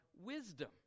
wisdom